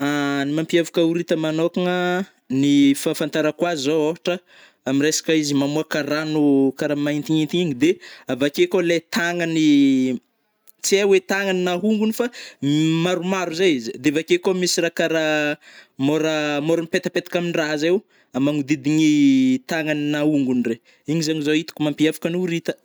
Ny mampiavaka horita manôkagna, ny fahafantarako azy zao ôhatra, am resaka izy mamôka rano karà maintignitigny de avake koa le tagnany tsy hai oe tagnany na hongogny fa maromaro zay izy, de avakeo koa misy rah karà môra-môra mipetapetaka am rah zay o manodidigny tagnany na hongogny regny, igny zegny zao hitako mampiavaka ny horita.